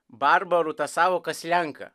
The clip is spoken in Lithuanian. barbarų ta sąvoka slenka